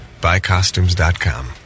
BuyCostumes.com